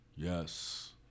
Yes